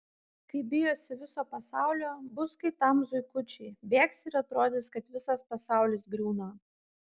kai bijosi viso pasaulio bus kaip tam zuikučiui bėgsi ir atrodys kad visas pasaulis griūna